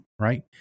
right